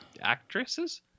actresses